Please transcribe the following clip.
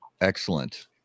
Excellent